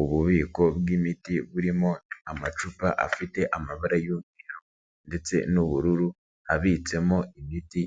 Ububiko bw'imiti burimo amacupa afite amabara y'umweru ndetse n'ubururu, abitsemo imiti